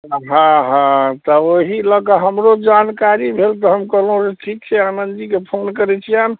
हाँ हाँ तऽ ओहि लऽ कऽ हमरो जानकारी भेल तऽ हम कहलहुँ जे ठीक छै हम आनन्दजीके फोन करै छियनि